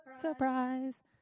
Surprise